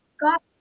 got